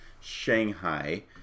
Shanghai